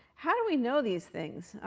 how do we know these things?